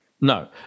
No